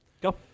Go